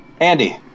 Andy